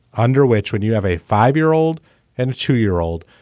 under which when you have a five year old and two year old,